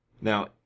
Now